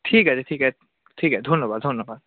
ঠিক আছে ঠিক আছে ঠিক আছে ধন্যবাদ ধন্যবাদ